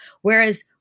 Whereas